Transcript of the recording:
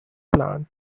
plant